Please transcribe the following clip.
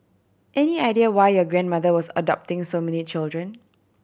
any idea why your grandmother was adopting so many children